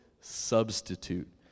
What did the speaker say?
substitute